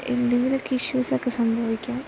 എന്തെങ്കിലൊക്കിഷ്യൂസൊക്കെ സംഭവിക്കാം